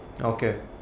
Okay